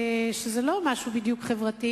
שזה לא בדיוק משהו חברתי,